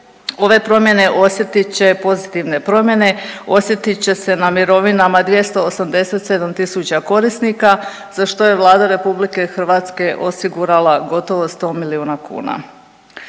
Ove promjene osjetit će pozitivne promjene osjetit će se na mirovina 287 tisuća korisnika, za što je Vlada RH osigurala gotovo 100 milijuna kuna.